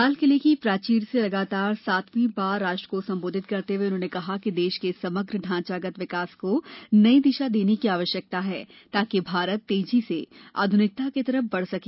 लाल किले की प्राचीर से लगातार सातवीं बार राष्ट्र को संबोधित करते हुए उन्होंने कहा कि देश के समग्र ढांचागत विकास को नई दिशा देने की आवश्यकता है ताकि भारत तेजी से आधनिकता की तरफ बढ़ सके